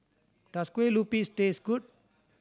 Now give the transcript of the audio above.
does Kueh Lupis taste good